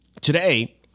today